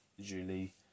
Julie